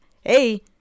hey